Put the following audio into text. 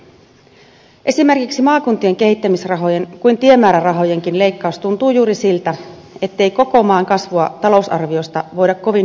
esimerkiksi niin maakuntien kehittämisrahojen kuin tiemäärärahojenkin leikkaus tuntuvat juuri siltä ettei koko maan kasvua talousarviosta voida kovin hyvin nähdä